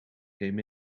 came